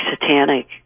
satanic